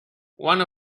one